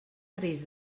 risc